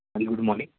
ਹਾਂਜੀ good morning